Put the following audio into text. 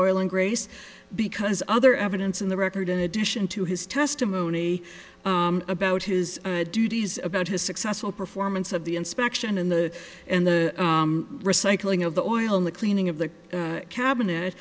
oil and grace because other evidence in the record in addition to his testimony about his duties about his successful performance of the inspection and the and the recycling of the oil in the cleaning of the cabinet